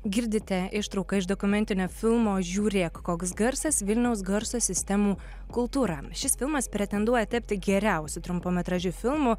girdite ištrauką iš dokumentinio filmo žiūrėk koks garsas vilniaus garso sistemų kultūra šis filmas pretenduoja tapti geriausiu trumpametražiu filmu